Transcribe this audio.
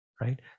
right